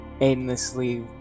aimlessly